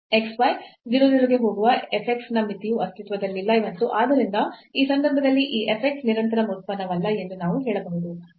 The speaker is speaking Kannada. x y 0 0 ಗೆ ಹೋಗುವ f x ನ ಮಿತಿಯು ಅಸ್ತಿತ್ವದಲ್ಲಿಲ್ಲ ಮತ್ತು ಆದ್ದರಿಂದ ಈ ಸಂದರ್ಭದಲ್ಲಿ ಈ f x ನಿರಂತರ ಉತ್ಪನ್ನವಲ್ಲ ಎಂದು ನಾವು ಹೇಳಬಹುದು